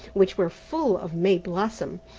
which were full of may-blossom.